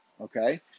okay